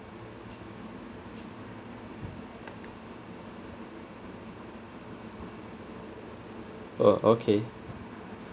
oh okay